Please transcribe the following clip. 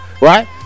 right